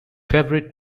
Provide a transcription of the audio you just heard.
favourite